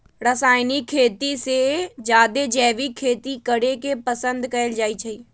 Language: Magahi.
रासायनिक खेती से जादे जैविक खेती करे के पसंद कएल जाई छई